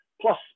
Plus